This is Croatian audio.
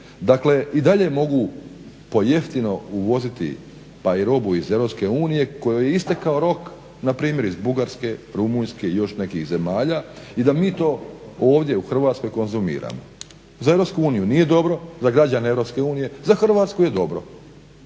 dakle i dalje mogu pojeftino uvoziti pa i robu iz Europske unije kojoj je istekao rok, npr. iz Bugarske, Rumunjske i još nekih zemalja i da mi to ovdje u Hrvatskoj konzumiramo. Za Europsku uniju nije dobro, za građane Europske unije, za Hrvatsku je dobro.